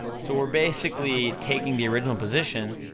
so, we're basically taking the original position,